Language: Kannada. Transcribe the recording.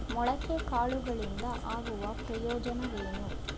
ಮೊಳಕೆ ಕಾಳುಗಳಿಂದ ಆಗುವ ಪ್ರಯೋಜನವೇನು?